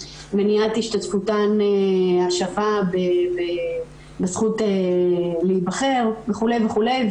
מניעת השתתפותן השווה בזכות להיבחר וכו' וכו'.